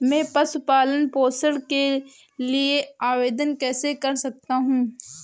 मैं पशु पालन पोषण के लिए आवेदन कैसे कर सकता हूँ?